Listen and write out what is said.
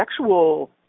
sexual